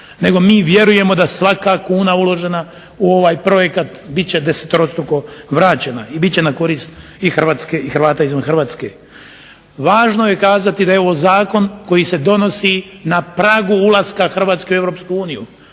nego mi vjerujemo da svaka kuna uložena u ovaj projekata biti će deseterostruko vraćena i biti će na korist i HRvata i Hrvata izvan HRvatske. Važno je kazati da je ovo zakon koji se donosi na pragu ulaska Hrvatske u EU,